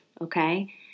okay